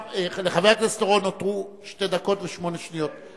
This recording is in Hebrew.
לחבר הכנסת אורון נותרו שתי דקות ושמונה שניות.